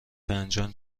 فنجان